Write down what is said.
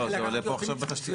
זה עולה עכשיו בתשתיות.